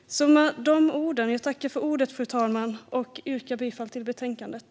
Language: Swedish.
Fru talman! Jag yrkar bifall till förslaget i betänkandet.